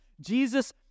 Jesus